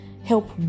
Help